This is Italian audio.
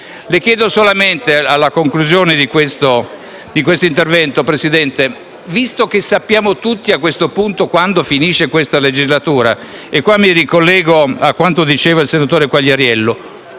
le chiedo solamente una cosa in conclusione di questo intervento, signor Presidente. Visto che sappiamo tutti, a questo punto, quando finirà questa legislatura, mi ricollego qui a quanto diceva il senatore Quagliariello: